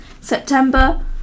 september